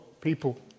people